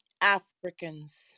Africans